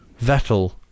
Vettel